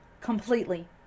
completely